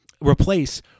replace